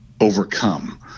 overcome